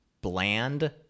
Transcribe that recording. Bland